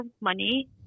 money